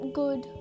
good